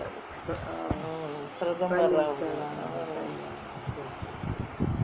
பிரதமர்:prathamar